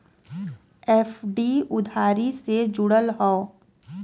FD उधारी से जुड़ल हौ